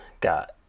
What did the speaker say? got